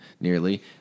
nearly